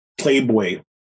Playboy